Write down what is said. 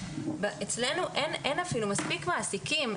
אצלנו אין אפילו מספיק מעסיקים,